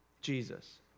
Jesus